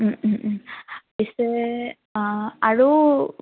পিছে আৰু